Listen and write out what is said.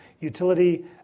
utility